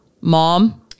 mom